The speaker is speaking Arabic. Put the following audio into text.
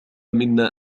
منا